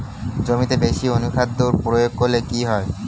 জমিতে বেশি অনুখাদ্য প্রয়োগ করলে কি হয়?